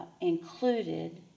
included